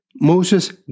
Moses